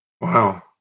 Wow